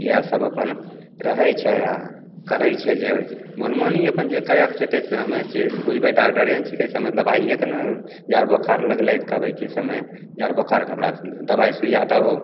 इएह सब अपन रहैत छै आ करैत छै जे मनमानी अपन जे करैके होयतै से हमे से बूझबै डाग्डरे ने छीकै दबाइ के नहि जाड़ बुखार लगलै तऽ कहबै कि से हमे जाड़ बुखारके हमरा दबाइ सूइयाँ दहो